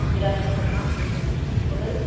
good afternoon ఎవరు